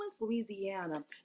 Louisiana